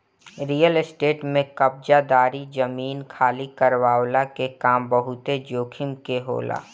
real estate में कब्ज़ादारी, जमीन खाली करववला के काम बहुते जोखिम कअ होला